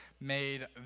made